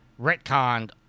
retconned